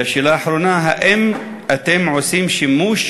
והשאלה האחרונה: האם אתם עושים שימוש